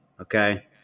okay